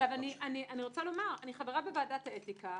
אני חברה בוועדת האתיקה,